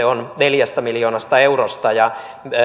on neljästä miljoonasta eurosta ja